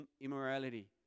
immorality